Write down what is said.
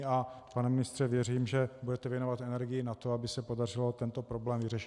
Pane ministře, věřím, že budete věnovat energii na to, aby se podařilo tento problém vyřešit.